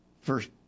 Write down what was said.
first